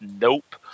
Nope